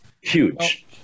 Huge